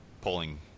pulling